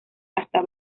hasta